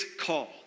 call